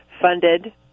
funded